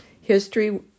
history